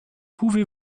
pouvez